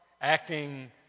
acting